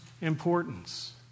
importance